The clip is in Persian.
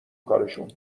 کارشون